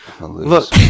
Look